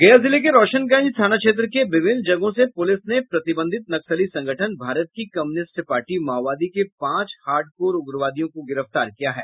गया जिले के रोशनगंज थाना क्षेत्र के विभिन्न जगहों से पुलिस ने प्रतिबंधित नक्सली संगठन भारत की कम्यूनिस्ट पार्टी माओवादी के पांच हार्डकोर उग्रवादियों को गिरफ्तार किया है